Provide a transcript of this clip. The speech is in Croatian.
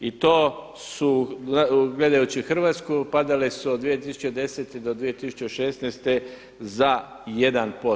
I to su gledajući Hrvatsku padale su od 2010. do 2016. za 1%